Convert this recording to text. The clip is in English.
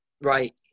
Right